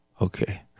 Okay